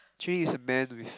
Jun-Yi is a man with